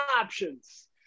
options